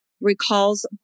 recalls